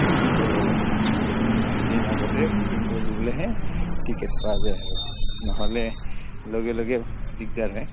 booking কৰিব লাগে বহুত এদিন আগতে বুকিং কৰি ল'লেহে টিকেট পোৱা যায় আৰু নহ'লে লগে লগে দিগদাৰ হয়